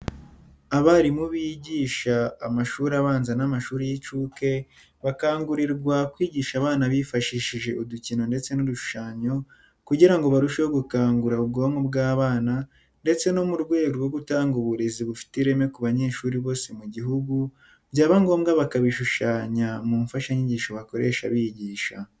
Abarimu bigisha amashuri abanza n'amashuri y'incuke bakangurirwa kwigisha abana bifashishije udukino ndetse n'udushushanyo kugira ngo barusheho gukangura ubwonko bw'abana ndetse no mu rwego rwo gutanga uburezi bufite ireme ku banyeshuri bose mu gihugu byaba ngomba bakabishushanya mu mfashanyigisho bakoresha bigisha.